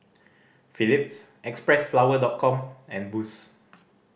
Phillips Xpressflower Com and Boost